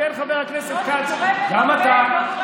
כן, חבר הכנסת כץ, גם אתה.